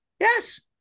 Yes